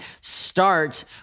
starts